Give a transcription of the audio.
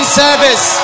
service